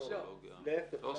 לא, להיפך.